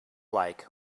like